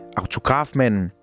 Autografmanden